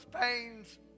pains